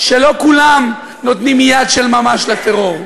שלא כולם נותנים יד של ממש לטרור.